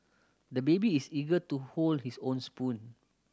the baby is eager to hold his own spoon